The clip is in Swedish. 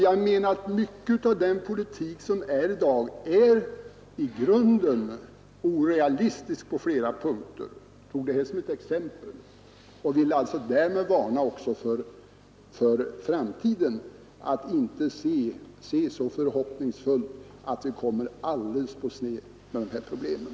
Jag menar att den politik vi har i dag är i grunden orealistisk på flera punkter. Jag tog det här som ett exempel och ville alltså varna även för framtiden. Vi får inte se så förhoppningsfullt på den att vi kommer alldeles på sned när det gäller de här problemen.